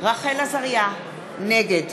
רחל עזריה, נגד